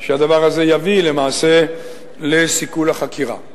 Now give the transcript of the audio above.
שהדבר הזה יביא למעשה לסיכול החקירה.